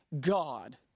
God